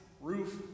roof